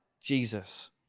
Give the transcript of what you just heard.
Jesus